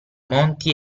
monti